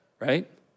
right